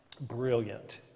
brilliant